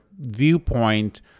viewpoint